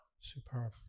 super